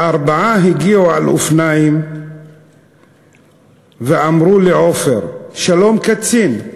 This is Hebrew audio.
הארבעה הגיעו על אופניים ואמרו לעופר: שלום, קצין.